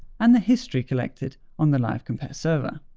and the history collected on the livecompare server.